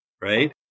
Right